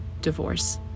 divorce